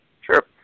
Sure